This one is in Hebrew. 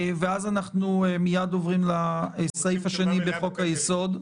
ומייד אנחנו עוברים לסעיף השני בחוק-היסוד.